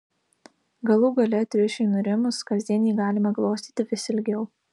galų gale triušiui nurimus kasdien jį galima glostyti vis ilgiau